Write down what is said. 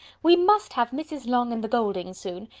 we must have mrs. long and the gouldings soon.